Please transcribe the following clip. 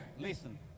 Listen